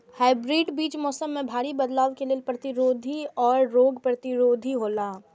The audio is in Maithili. हाइब्रिड बीज मौसम में भारी बदलाव के लेल प्रतिरोधी और रोग प्रतिरोधी हौला